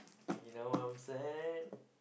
you now what I'm saying